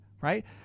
right